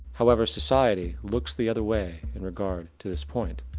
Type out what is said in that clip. however society, looks the other way in regard to this point.